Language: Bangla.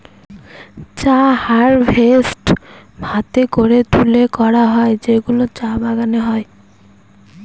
চা হারভেস্ট হাতে করে তুলে করা হয় যেগুলো চা বাগানে হয়